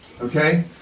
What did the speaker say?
okay